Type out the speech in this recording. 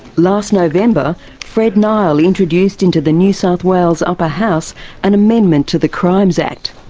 last november fred nile introduced into the new south wales upper house an amendment to the crimes act.